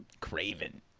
Craven